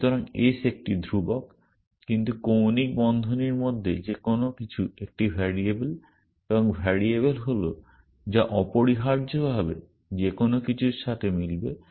সুতরাং ace একটি ধ্রুবক কিন্তু কৌণিক বন্ধনীর মধ্যে যে কোন কিছু একটি ভেরিয়েবল এবং ভেরিয়েবল হল যা অপরিহার্যভাবে যেকোনো কিছুর সাথে মিলবে